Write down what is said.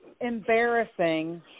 embarrassing